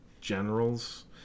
generals